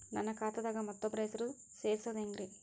ನನ್ನ ಖಾತಾ ದಾಗ ಮತ್ತೋಬ್ರ ಹೆಸರು ಸೆರಸದು ಹೆಂಗ್ರಿ?